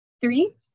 Three